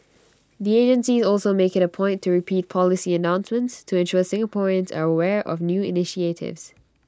the agencies also make IT A point to repeat policy announcements to ensure Singaporeans are aware of new initiatives